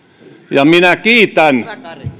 minä kiitän